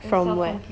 from where